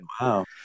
Wow